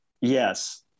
Yes